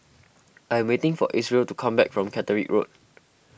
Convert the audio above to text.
I am waiting for Isreal to come back from Catterick Road